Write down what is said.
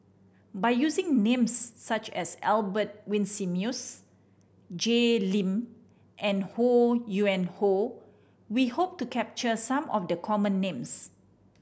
by using names such as Albert Winsemius Jay Lim and Ho Yuen Hoe we hope to capture some of the common names